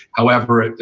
however,